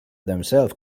themselves